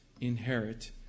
inherit